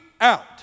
out